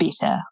better